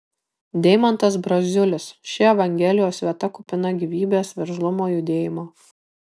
deimantas braziulis ši evangelijos vieta kupina gyvybės veržlumo judėjimo